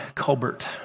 Colbert